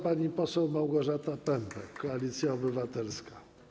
Pani poseł Małgorzata Pępek, Koalicja Obywatelska.